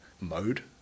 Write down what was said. mode